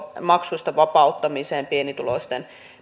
maksusta vapauttamiseen pienituloisten